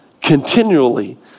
continually